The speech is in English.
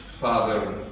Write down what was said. Father